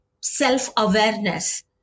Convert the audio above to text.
self-awareness